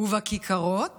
ובכיכרות